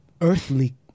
earthly